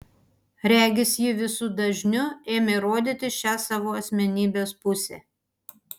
regis ji visu dažniu ėmė rodyti šią savo asmenybės pusę